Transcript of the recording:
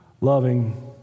loving